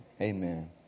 Amen